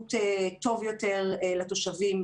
שירות טוב יותר לתושבים,